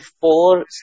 four